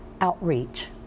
outreach